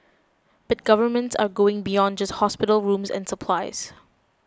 but governments are going beyond just hospital rooms and supplies